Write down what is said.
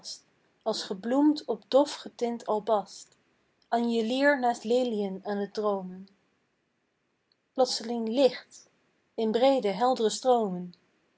als gebloemt op dof getint albast anjelier naast leliën aan t droomen plotseling licht in breede heldre stroomen